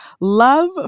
Love